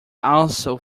also